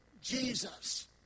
Jesus